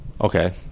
okay